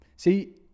See